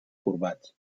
corbats